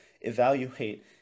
Evaluate